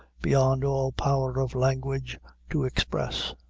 beyond all power of language to express.